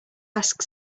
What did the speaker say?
ask